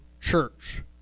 church